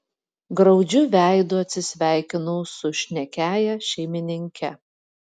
graudžiu veidu atsisveikinau su šnekiąja šeimininke